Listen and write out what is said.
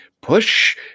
Push